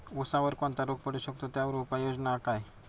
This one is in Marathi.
ऊसावर कोणता रोग पडू शकतो, त्यावर उपाययोजना काय?